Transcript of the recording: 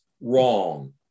wrong